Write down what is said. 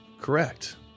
correct